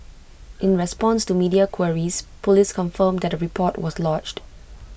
in response to media queries Police confirmed that A report was lodged